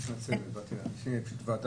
פשוט פורסם ואז נמחק ואז אין בהירות